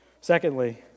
Secondly